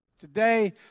Today